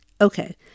Okay